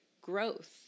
growth